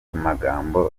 amagambo